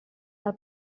del